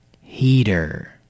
Heater